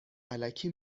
الکی